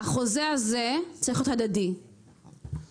החוזה הזה צריך להיות הדדי כלשהו.